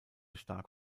stark